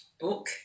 book